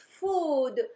food